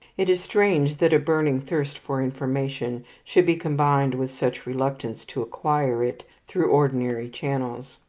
it is strange that a burning thirst for information should be combined with such reluctance to acquire it through ordinary channels.